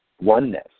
oneness